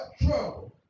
trouble